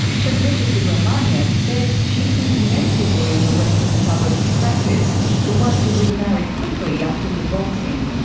chandrika subramaniyan says she sees many people in her western suburbs practice who want to remarry quickly after divorcing.